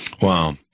wow